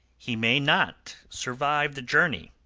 he may not survive the journey,